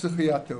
פסיכיאטר,